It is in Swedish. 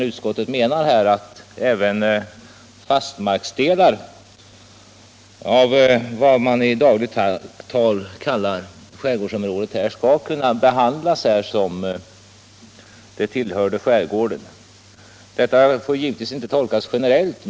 Utskottet menar att även fastlandsdelar av vad man i dagligt tal kallar skärgårdsområdet skall kunna behandlas som om de tillhörde skärgården. Detta får givetvis inte tolkas generellt.